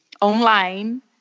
online